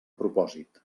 propòsit